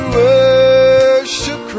worship